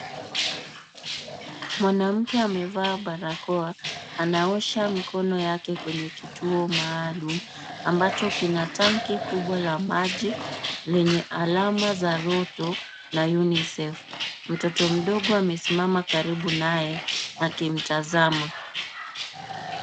Mwanamke amevaa barakoa anaosha mkono wake kwenye kituo maalum, ambacho kina tanki kubwa la maji lenye alama za rutu na UNICEF, mtoto mdogo amesimama karibu nae akimtazama.